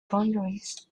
boundaries